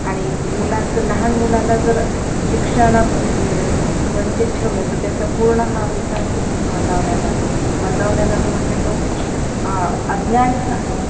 आणि मुलांचं लहान मुलाला जर शिक्षणा म्हणजे पासून वंचित ठेवलं तर त्याचा पूर्ण हा विकासच मंदवला जातो मंदवला जातो म्हणजे तो अज्ञानीच राहतो